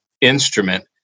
instrument